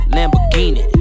Lamborghini